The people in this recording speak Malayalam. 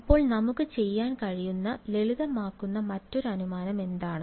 അപ്പോൾ നമുക്ക് ചെയ്യാൻ കഴിയുന്ന ലളിതമാക്കുന്ന മറ്റൊരു അനുമാനം എന്താണ്